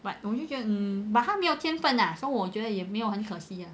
but 我就觉得他没有天分 lah so 我觉得也没有很可惜 lah